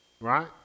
right